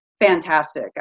fantastic